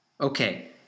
Okay